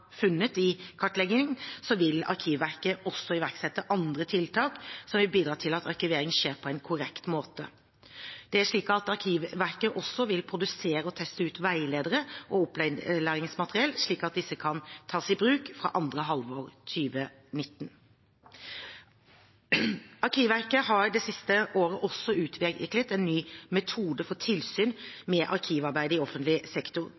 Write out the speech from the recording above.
i kartleggingen, vil Arkivverket også iverksette andre tiltak som vil bidra til at arkivering skjer på en korrekt måte. Det er slik at Arkivverket også vil produsere og teste ut veiledere og opplæringsmateriell, slik at disse kan tas i bruk fra andre halvår 2019. Arkivverket har det siste året også utviklet en ny metode for tilsyn med arkivarbeidet i offentlig sektor.